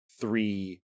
three